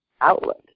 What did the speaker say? outlet